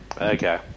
Okay